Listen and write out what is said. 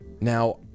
Now